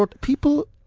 People